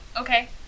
Okay